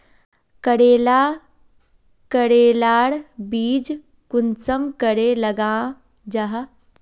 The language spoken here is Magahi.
करेला करेलार बीज कुंसम करे लगा जाहा?